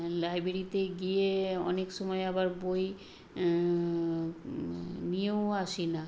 লাইব্রেরিতে গিয়ে অনেক সময় আবার বই নিয়েও আসি না